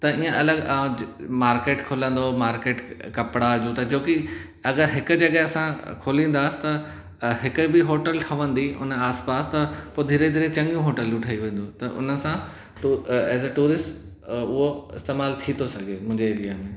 त इअं अलॻि अॼु मार्केट खुलंदो मार्केट कपिड़ा जूता जोकी अगरि हिकु जॻह असां खोलिंदासि त हिकु बि होटल ठवंदी उन आस पास त पोइ धीरे धीरे चंङियूं होटलयूं ठई वेंदियूं त हुन सां टूरिस्ट वो इस्तेमाल थी थो सघे मुंहिंजे एरिया में